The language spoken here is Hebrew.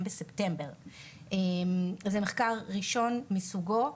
בחודש ספטמבר 2022. זה מחקר ראשון מסוגו.